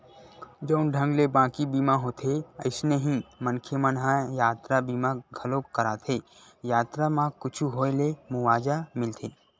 जउन ढंग ले बाकी बीमा होथे अइसने ही मनखे मन ह यातरा बीमा घलोक कराथे यातरा म कुछु होय ले मुवाजा मिलथे